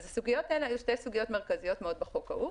אז הסוגיות האלה היו שתי סוגיות מרכזיות מאוד בחוק ההוא.